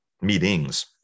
meetings